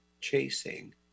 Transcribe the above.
chasing